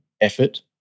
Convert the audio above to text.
effort